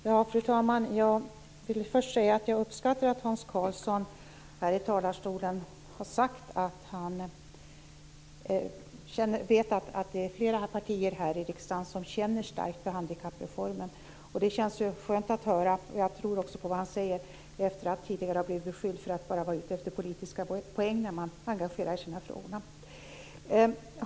Fru talman! Jag vill först säga att jag uppskattar att Hans Karlsson här i talarstolen har sagt att han vet att det är flera partier här i riksdagen som känner starkt för handikappreformen. Det känns skönt att höra. Jag tror också på vad han säger efter att tidigare ha blivit beskylld för att bara vara ute efter politiska poänger när man engagerar sig i de här frågorna.